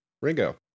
Ringo